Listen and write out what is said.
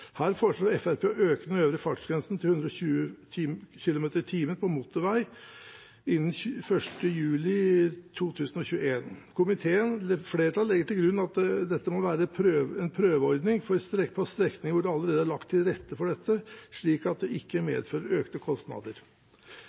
Her foreslår Fremskrittspartiet å øke den øvre fartsgrensen til 120 km/t på motorvei innen den 1. juli 2021. Flertallet i komiteen legger til grunn at dette må være en prøveordning for en strekning hvor det allerede er lagt til rette for dette, slik at det ikke medfører økte kostnader.